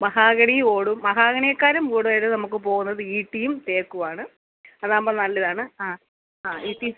mahogany ഓടും മഹാഗണിയേക്കാളും കൂടുതലായി നമുക്ക് പോകുന്നത് ഈട്ടിയും തേക്കുമാണ് അതാകുമ്പോൾ നല്ല ഇതാണ് ആ ആ ഈട്ടി